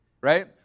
right